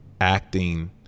acting